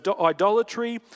idolatry